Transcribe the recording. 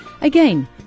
Again